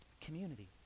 community